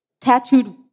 tattooed